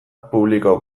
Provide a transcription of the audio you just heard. publikoa